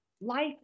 life